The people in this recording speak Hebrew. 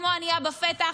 כמו ענייה בפתח,